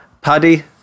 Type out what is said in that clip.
Paddy